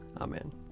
amen